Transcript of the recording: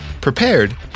prepared